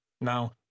Now